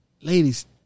ladies